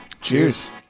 Cheers